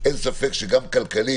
אין ספק שגם כלכלית,